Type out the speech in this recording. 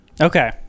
Okay